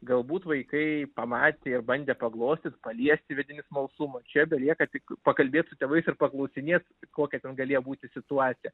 galbūt vaikai pamatė ir bandė paglostyt paliesti vidinis smalsumas čia belieka tik pakalbėt su tėvais ir paklausinėt kokia ten galėjo būti situacija